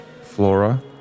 flora